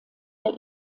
der